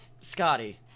Scotty